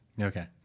Okay